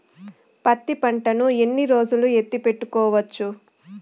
పత్తి పంటను ఎన్ని రోజులు ఎత్తి పెట్టుకోవచ్చు?